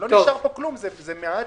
לא נשאר פה כלום, זה מעט,